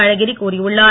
அழகிரி கூறியுள்ளார்